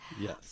Yes